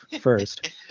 first